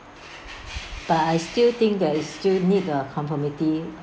but I still think that is still need the conformity